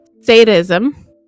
sadism